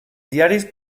diaris